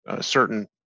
certain